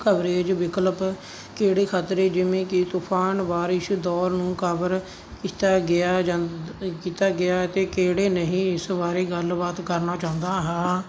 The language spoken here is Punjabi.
ਕਵਰੇਜ ਵਿਕਲਪ ਕਿਹੜੇ ਖਤਰੇ ਜਿਵੇਂ ਕਿ ਤੁਫਾਨ ਬਾਰਿਸ਼ ਦੌਰ ਨੂੰ ਕਬਰ ਕੀਤਾ ਗਿਆ ਜਾਂਦਾ ਕੀਤਾ ਗਿਆ ਅਤੇ ਕਿਹੜੇ ਨਹੀਂ ਇਸ ਬਾਰੇ ਗੱਲਬਾਤ ਕਰਨਾ ਚਾਹੁੰਦਾ ਹਾਂ